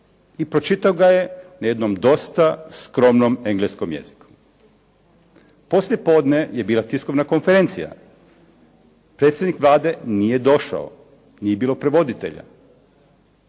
i pročitao ga je na jednom dosta skromnom engleskom jeziku. Poslijepodne je bila tiskovna konferencija. Predstavnik Vlade nije došao, nije bilo prevoditelja.